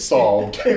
solved